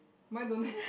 mine don't have